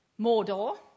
Mordor